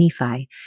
Nephi